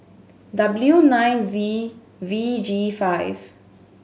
W nine Z V G five